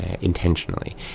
intentionally